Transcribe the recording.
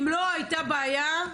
אם לא הייתה בעיה,